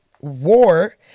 War